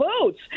votes